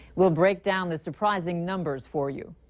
we'll break down the surprising numbers for you.